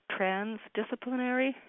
transdisciplinary